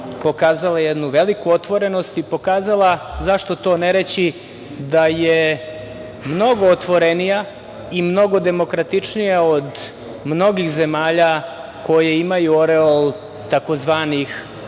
pokazala jednu veliku otvorenost i pokazala, zašto to ne reći, da je mnogo otvorenija i mnogo demokratičnija od mnogih zemalja koje imaju oreol tzv.